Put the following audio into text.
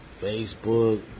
Facebook